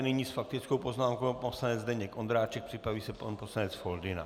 Nyní s faktickou poznámkou pan poslanec Zdeněk Ondráček, připraví se pan poslanec Foldyna.